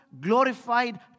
glorified